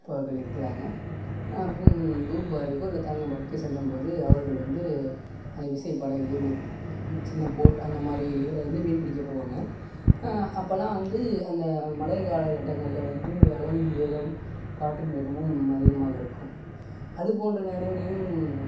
பேர்கள் இருக்குறாங்க பும் பூம்புகாருக்கோ இல்லை தரங்கம்பாடிக்கே செல்லும்போது அவர்கள் வந்து அந்த விசை படகு இந்த சின்ன போட் அந்த மாதிரி இதில் வந்து மீன் பிடிக்க போவாங்க அப்போல்லாம் வந்து அந்த மழைக்காலகட்டங்களில் வந்து அலையின் வேகம் காற்றின் வேகமும் அதிகமாக இருக்கும் அதுபோன்ற நேரங்களியும்